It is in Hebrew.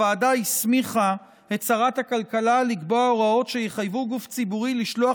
הוועדה הסמיכה את שרת הכלכלה לקבוע הוראות שיחייבו גוף ציבורי לשלוח